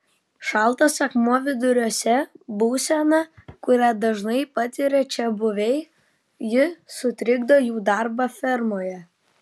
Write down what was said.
šaltas akmuo viduriuose būsena kurią dažnai patiria čiabuviai ji sutrikdo jų darbą fermoje